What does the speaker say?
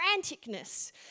franticness